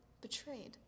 betrayed